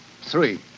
Three